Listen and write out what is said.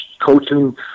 coaching